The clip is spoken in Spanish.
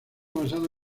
basado